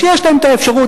שיש להם האפשרות,